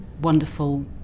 wonderful